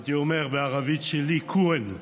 הייתי אומר בערבית שלי קוואן,